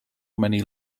many